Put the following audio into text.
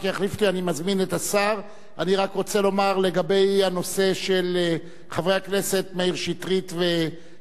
אני רק רוצה לומר לגבי הנושא של חברי הכנסת מאיר שטרית ויואל חסון: הם